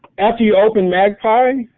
after you open magpie,